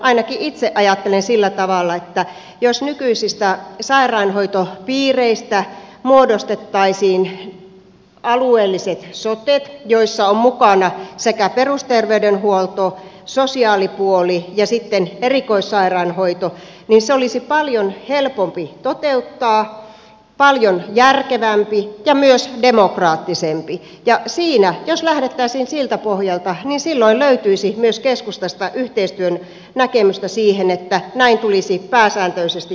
ainakin itse ajattelen sillä tavalla että jos nykyisistä sairaanhoitopiireistä muodostettaisiin alueelliset sotet joissa on mukana perusterveydenhuolto sosiaalipuoli ja sitten erikoissairaanhoito niin se olisi paljon helpompi toteuttaa paljon järkevämpi ja myös demokraattisempi ja siinä jos lähdettäisiin siltä pohjalta silloin löytyisi myös keskustasta yhteistyön näkemystä siihen että näin tulisi pääsääntöisesti toimia